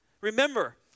Remember